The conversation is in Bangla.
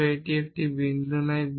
তবে এটি বিন্দু নয়